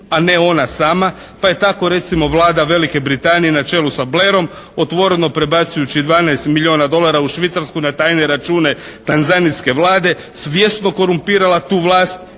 a ne ona sama pa je tako recimo Vlada Velike Britanije na čelu sa Blairom otvoreno prebacujući 12 milijuna dolara u Švicarsku na tajne račune Tanzanijske Vlade svjesno korumpirala tu vlast